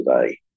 today